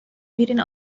میرین